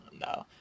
No